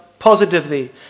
Positively